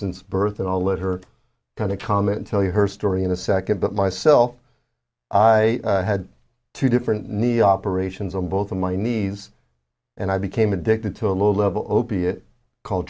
since birth and i'll let her kind of comment tell you her story in a second but myself i had two different knee operations on both of my knees and i became addicted to a low level opiate called